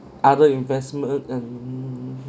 other investment and